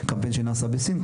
קמפיין שנעשה בסין,